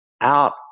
out